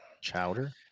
chowder